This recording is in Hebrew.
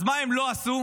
אז מה היא לא עשתה?